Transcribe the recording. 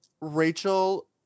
Rachel